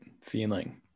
feeling